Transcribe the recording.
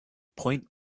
point